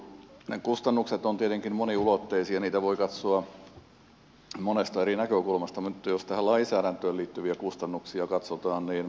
ne kustannukset ovat tietenkin moniulotteisia ja niitä voi katsoa monesta eri näkökulmasta työstä lainsäädäntöön liittyviä kustannuksia katsotaan niin